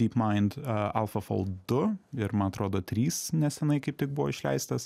dyp maind alphafold du ir man atrodo trys neseniai kaip tik buvo išleistas